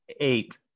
eight